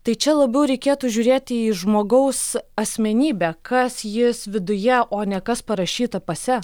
tai čia labiau reikėtų žiūrėti į žmogaus asmenybę kas jis viduje o ne kas parašyta pase